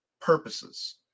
purposes